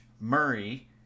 Murray